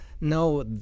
No